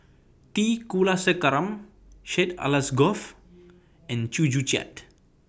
T Kulasekaram Syed Alsagoff and Chew Joo Chiat